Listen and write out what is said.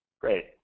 Great